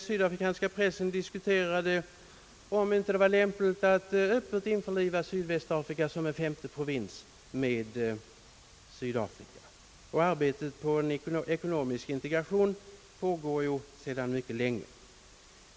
Sydafrikansk press diskuterade om det inte var tid att öppet införliva Sydvästafrika med Sydafrika som en femte provins, och arbetet med ekonomisk integration pågår sedan lång tid.